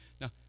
now